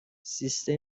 سیستم